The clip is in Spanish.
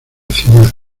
ciudad